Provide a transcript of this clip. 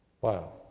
Wow